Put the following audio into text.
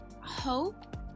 hope